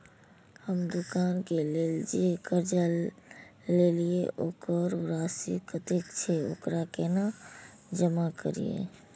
हम दुकान के लेल जे कर्जा लेलिए वकर राशि कतेक छे वकरा केना जमा करिए?